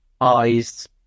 eyes